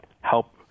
help